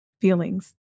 feelings